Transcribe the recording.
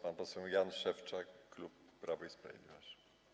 Pan poseł Jan Szewczak, klub Prawo i Sprawiedliwość.